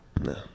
no